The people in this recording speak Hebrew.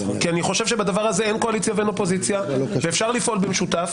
כי אני חושב שבדבר הזה אין קואליציה ואין אופוזיציה ואפשר לפעול במשותף,